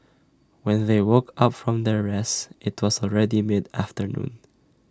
when they woke up from their rest IT was already mid afternoon